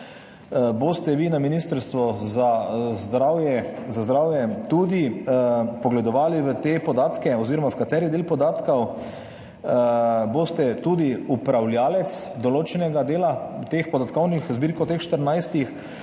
boste vi na Ministrstvu za zdravje tudi »vpogledovali« v te podatke oziroma v kateri del podatkov? Boste tudi upravljavec določenega dela teh podatkovnih zbirk od teh 14. in bo…,